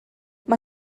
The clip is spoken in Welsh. mae